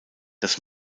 das